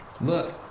Look